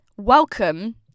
Welcome